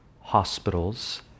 hospitals